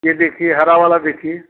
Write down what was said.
यह देखिए हरा वाला देखिए